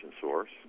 source